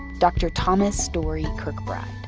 dr. thomas story kirkbride